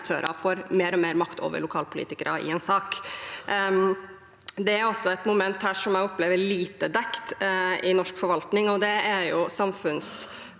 næringsaktører får mer og mer makt over lokalpolitikere i en sak. Det er også et moment her som jeg opplever er lite dekt i norsk forvaltning, og det er